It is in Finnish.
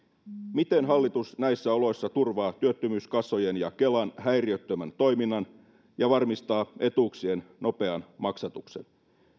miten hallitus näissä oloissa turvaa työttömyyskassojen ja kelan häiriöttömän toiminnan ja varmistaa etuuksien nopean maksatuksen